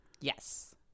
Yes